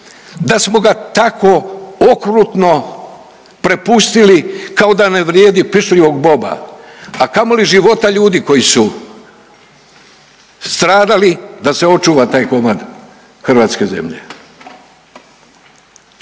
da smo ga tako okrutno prepustili kao da ne vrijedi pišljivog boba, a kamoli života ljudi koji su stradali da se očuva taj komad hrvatske zemlje.